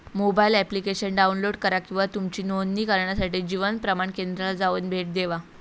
mobile application download करा किंवा तुमची नोंदणी करण्यासाठी जीवन प्रमाण केंद्राला जाऊन भेट देवा